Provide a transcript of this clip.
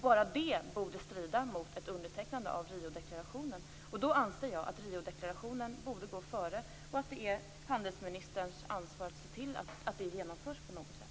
Bara det borde strida mot ett undertecknande av Riodeklarationen. Då anser jag att Riodeklarationen borde gå före och att det är handelsministerns ansvar att se till att det genomförs på något sätt.